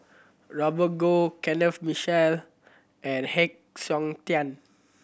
Robert Goh Kenneth Mitchell and Heng Siok Tian